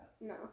No